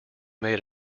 made